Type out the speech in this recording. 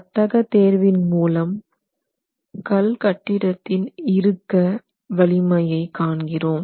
பட்டக தேர்வின் மூலம் கல் கட்டடத்தின் இறுக்க வலிமையை காண்கிறோம்